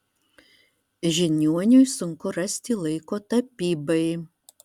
žiniuoniui sunku rasti laiko tapybai